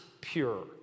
pure